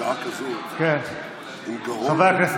בשעה כזאת, עם גרון, חברי הכנסת.